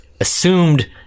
assumed